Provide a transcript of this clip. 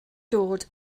dod